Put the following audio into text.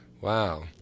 Wow